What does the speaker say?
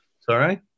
Sorry